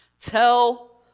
Tell